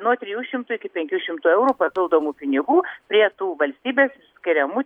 nuo trijų šimtų iki penkių šimtų eurų papildomų pinigų prie tų valstybės skiriamų